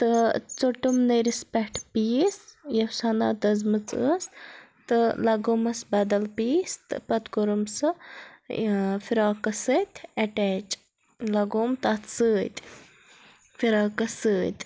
تہٕ ژوٚٹُم نٔرِِس پٮ۪ٹھ پیٖس یۄس ہَن اَتھ دٔزمٕژ ٲس تہٕ لَگومَس بَدَل پیٖس تہٕ پَتہٕ کوٚرُم سُہ ٲں فِراقَس سۭتۍ اٹیچ لَگوُم تَتھ سۭتۍ فِراقَس سۭتۍ